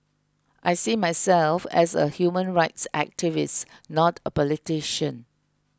I see myself as a human rights activist not a politician